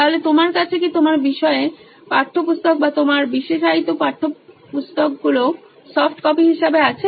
তাহলে তোমার কাছে কি তোমার বিষয়ের পাঠ্যপুস্তক বা তোমার বিশেষায়িত পাঠ্যপুস্তক গুলো সফট কপি হিসেবে আছে